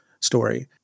story